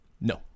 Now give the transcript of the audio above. No